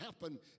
happen